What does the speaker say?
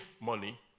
money